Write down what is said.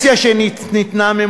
פנסיה שניתנה,